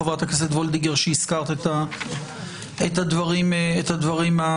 חברת הכנסת וולדיגר שהזכרת את הדברים החשובים.